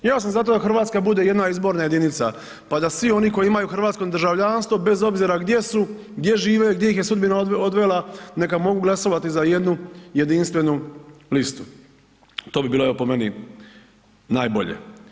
Ja sam za to da RH bude jedna izborna jedinica, pa da svi oni koji imaju hrvatsko državljanstvo bez obzira gdje su, gdje žive, gdje ih je sudbina odvela, neka mogu glasovati za jednu jedinstvenu listu, to bi bilo evo po meni najbolje.